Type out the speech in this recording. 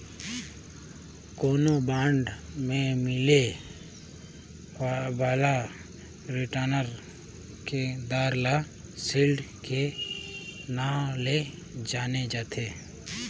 कोनो बांड मे मिले बाला रिटर्न के दर ल सील्ड के नांव ले जानथें